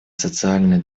социальные